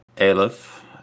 Aleph